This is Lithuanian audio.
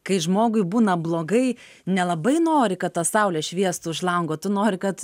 kai žmogui būna blogai nelabai nori kad ta saulė šviestų už lango tu nori kad